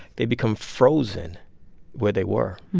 they become frozen where they were,